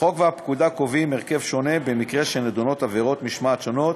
החוק והפקודה קובעים הרכב שונה במקרה שנדונות עבירות משמעת שונות